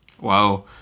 Wow